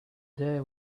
day